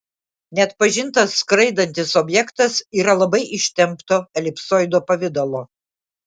neatpažintas skraidantis objektas yra labai ištempto elipsoido pavidalo